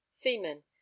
Seamen